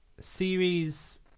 series